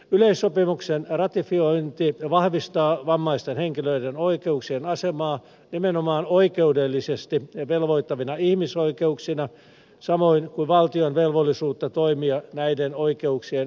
yleissopimuksen ratifiointi vahvistaa vammaisten henkilöiden oikeuksien asemaa nimenomaan oikeudellisesti velvoittavina ihmisoikeuksina samoin kuin valtion velvollisuutta toimia näiden oikeuksien edistämiseksi